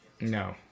No